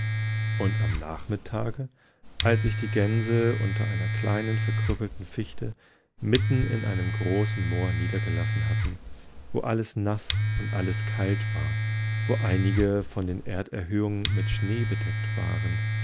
und am nachmittage als sich die gänse unter einer kleinen verkrüppelten fichtemittenineinemgroßenmoorniedergelassenhatten woallesnaßund alles kalt war wo einige von den erderhöhungen mit schnee bedeckt waren